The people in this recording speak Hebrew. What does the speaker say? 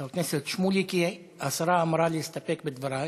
חבר הכנסת שמולי, כי השרה אמרה "להסתפק בדברי".